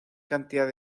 cantidad